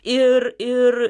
ir ir